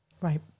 Right